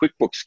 QuickBooks